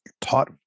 taught